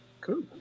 cool